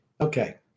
Okay